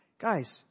guys